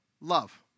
love